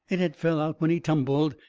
it had fell out when he tumbled.